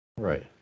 Right